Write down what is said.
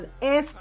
es